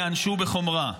ייענשו בחומרה.